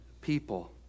people